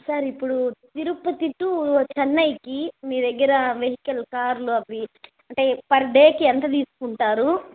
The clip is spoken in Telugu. సార్ ఇప్పుడు తిరుపతి టు చెన్నైకి మీ దగ్గర వెహికల్ కార్లు అవి అంటే పర్ డేకి ఎంత తీసుకుంటారు